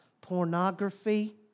pornography